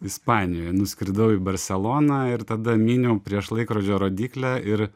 ispanijoje nuskridau į barseloną ir tada myniau prieš laikrodžio rodyklę ir